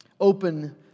open